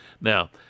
Now